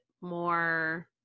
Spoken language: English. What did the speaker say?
more